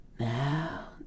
Now